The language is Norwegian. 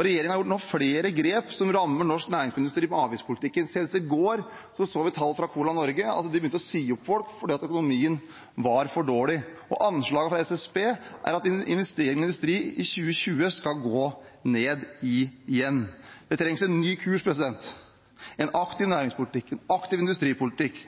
Regjeringen har nå gjort flere grep som rammer norsk næringsmiddelindustri med avgiftspolitikken. Senest i går så vi tall fra Coca-Cola Norge, at de har begynt å si opp folk fordi økonomien var for dårlig. Anslagene fra SSB er at investering i industri i 2020 skal gå ned – igjen. Det trengs en ny kurs – en aktiv næringspolitikk, en aktiv industripolitikk